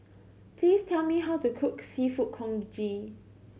please tell me how to cook Seafood Congee